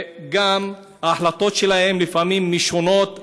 כמו כן, ההחלטות שלהם לפעמים משונות.